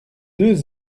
deux